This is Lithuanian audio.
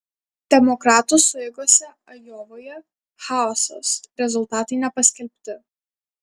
demokratų sueigose ajovoje chaosas rezultatai nepaskelbti